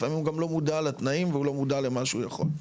לפעמים הוא גם לא מודע לתנאים והוא לא מודע למה שהוא יכול.